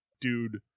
Dude